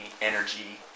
energy